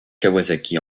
kawasaki